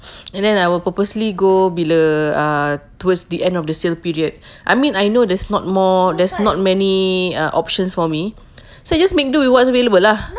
and then I will purposely go bila err towards the end of the sale period I mean I know there's not more there's not many err options for me so I just make do with what's available lah